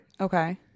Okay